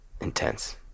intense